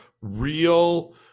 real